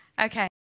Okay